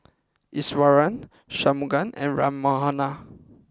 Iswaran Shunmugam and Ram Manohar